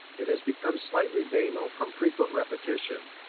it has become slightly banal from frequent repetition,